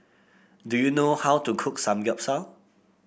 do you know how to cook Samgyeopsal